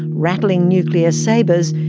rattling nuclear sabres,